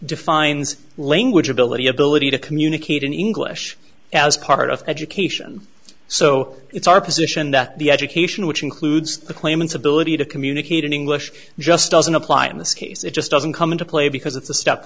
defines language ability ability to communicate in english as part of education so it's our position that the education which includes the claimant's ability to communicate in english just doesn't apply in this case it just doesn't come into play because it's a step